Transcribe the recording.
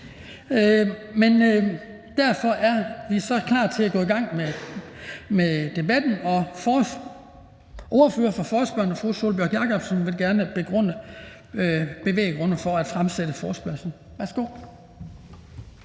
er allerede klar til at gå i gang med debatten. Ordføreren for forespørgerne, fru Sólbjørg Jakobsen, vil gerne begrunde forespørgslen.